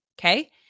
Okay